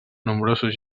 nombrosos